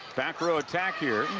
back row attack here.